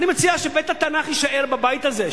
אני מציע שבית-התנ"ך יישאר בבית הזה,